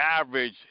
average